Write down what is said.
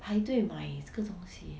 排队买这个东西 leh